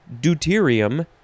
deuterium